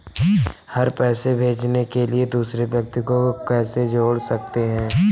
हम पैसे भेजने के लिए दूसरे व्यक्ति को कैसे जोड़ सकते हैं?